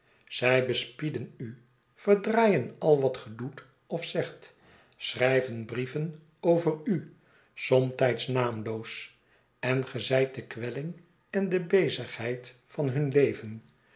zij bespieden u verdraaien al wat ge doet of zegt schrijven brieven over u somtijds naamloos eh ge z'yt de kwelling en de bezigheid van hun leven